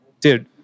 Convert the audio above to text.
dude